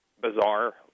bizarre